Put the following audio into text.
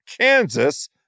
Kansas